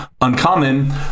uncommon